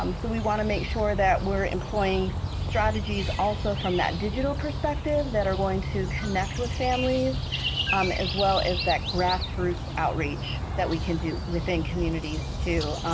um so we want to make sure that we're employing strategies also from that digital perspective that are going to connect with families as well as that grass roots outreach that we can do within communities too.